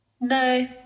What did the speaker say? No